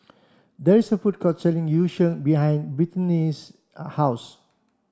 there is a food court selling Yu Sheng behind Brittnay's house